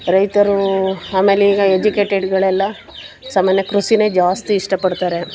ರೈತರೂ ಆಮೇಲೆ ಈಗ ಎಜ್ಯುಕೇಟೆಡ್ಗಳೆಲ್ಲ ಸಾಮಾನ್ಯ ಕೃಷಿನೇ ಜಾಸ್ತಿ ಇಷ್ಟ ಪಡ್ತಾರೆ